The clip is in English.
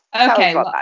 okay